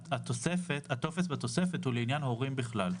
הטופס בתוספת הוא לעניין הורים בכלל.